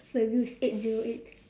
my view is eight zero eight